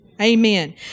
Amen